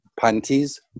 panties